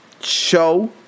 show